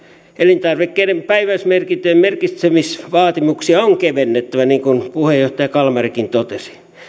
elintarvikkeiden päiväysmerkintöjen merkitsemisvaatimuksia on kevennettävä niin kuin puheenjohtaja kalmarikin totesi